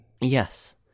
Yes